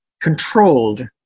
controlled